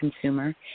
consumer